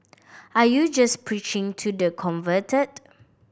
are you just preaching to the converted